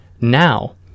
now